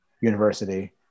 University